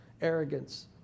Arrogance